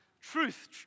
Truth